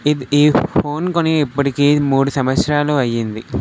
ఇది ఈ ఫోన్ కొని ఇప్పటికీ మూడు సంవత్సరాలు అయ్యింది